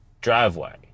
driveway